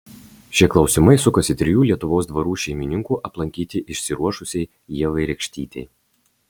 šie klausimai sukasi trijų lietuvos dvarų šeimininkų aplankyti išsiruošusiai ievai rekštytei